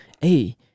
hey